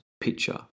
picture